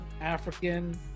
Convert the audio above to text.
african